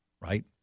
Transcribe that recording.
right